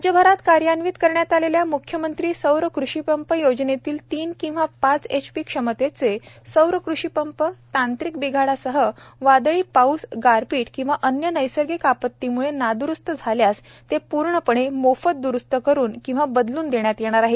राज्यभरात कार्यान्वित करण्यात आलेल्या म्ख्यमंत्री सौर कृषिपंप योजनेतील तीन किंवा पाच एचपी क्षमतेचे सौर कृषिपंप तांत्रिक बिघाडासह वादळी पाऊस गारपिट किंवा अन्य नैसर्गिक आपत्तीम्ळे नाद्रुस्त झाल्यास ते पूर्णपणे मोफत द्रुस्त करून किंवा बदलून देण्यात येणार आहे